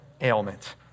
ailment